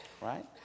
right